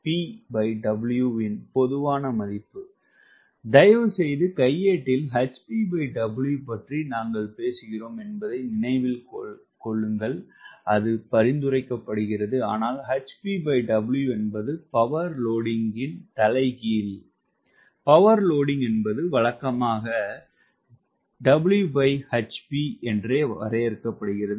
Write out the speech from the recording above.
HpW இன் பொதுவான மதிப்பு தயவுசெய்து கையேட்டில் hpW பற்றி நாங்கள் பேசுகிறோம் என்பதை நினைவில் கொள்க பரிந்துரைக்கப்படுகிறது ஆனால் hpW என்பது பவர்லோடிங்கின் தலைகீழ் பவர்லோடிங் என்பது வழக்கமாக உள்ளது Whp என வரையறுக்கப்படுகிறது